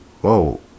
whoa